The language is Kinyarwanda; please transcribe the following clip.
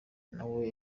nawe